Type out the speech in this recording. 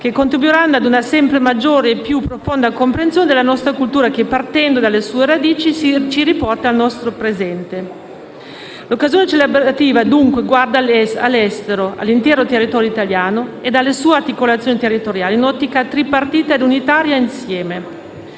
che contribuiranno a una sempre maggiore e più profonda comprensione della nostra cultura, che, partendo dalle sue radici, ci riporta al nostro presente. L'occasione celebrativa, dunque, guarda all'estero, all'intero territorio italiano e alle sue articolazioni territoriali in un'ottica tripartita e unitaria insieme.